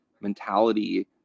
mentality